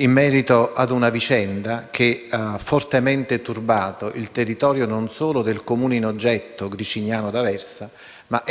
in merito a una vicenda che ha fortemente turbato il territorio non solo del Comune in oggetto, Gricignano di Aversa, ma